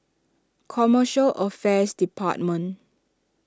Commercial Affairs Department